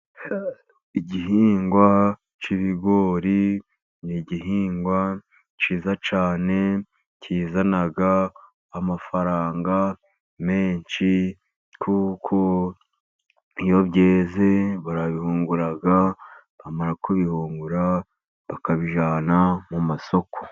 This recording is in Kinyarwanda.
Igihingwa cy' ibigori ni igihingwa cyiza cyane, kizana amafaranga menshi kuko iyo byeze barabihungura, bamara kubihungura bakabijyana mu masoko.